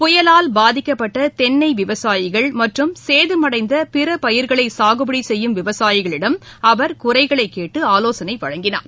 புயலால் பாதிக்கப்பட்ட தென்னை விவசாயிகள் மற்றும் சேதமடைந்த பிற பயிர்களை சாகுபடி செய்யும் விவசாயிகளிடம் அவர் குறைகளை கேட்டு ஆலோசனை வழங்கினார்